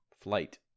flight